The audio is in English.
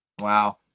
Wow